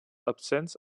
absents